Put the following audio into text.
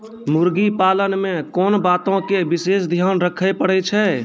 मुर्गी पालन मे कोंन बातो के विशेष ध्यान रखे पड़ै छै?